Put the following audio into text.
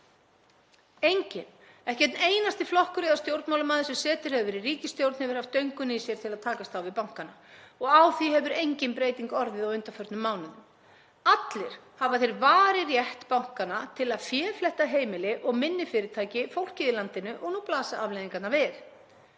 Enginn, ekki einn einasti flokkur eða stjórnmálamaður sem setið hefur í ríkisstjórn hefur haft döngun í sér til að takast á við bankana og á því hefur engin breyting orðið á undanförnum mánuðum. Allir hafa þeir varið rétt bankanna til að féfletta heimili og minni fyrirtæki, fólkið í landinu, og nú blasa afleiðingarnar við.